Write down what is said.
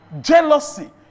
jealousy